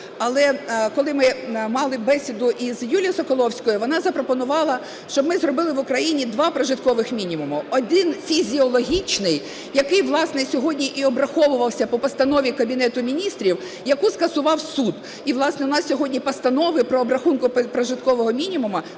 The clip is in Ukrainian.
Але коли ми мали бесіду із Юлією Соколовською, вона запропонувала, щоб ми зробили два прожиткових мінімумів: один – фізіологічний, який, власне, сьогодні і обраховувався по постанові Кабінету Міністрів, яку скасував суд. І, власне, у нас сьогодні Постанова по обрахунку прожиткового мінімуму